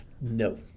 No